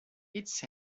its